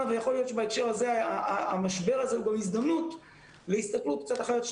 ויכול להיות שבהקשר הזה המשבר הזה הוא גם הזדמנות להסתכלות קצת אחרת של